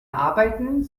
arbeiten